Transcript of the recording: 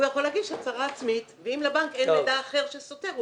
הוא יכול להגיש הצהרה עצמית ואם לבנק אין מידע אחר שסותר,